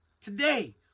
Today